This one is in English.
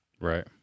Right